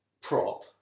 prop